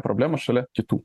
problemą šalia kitų